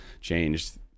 changed